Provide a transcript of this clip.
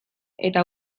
eta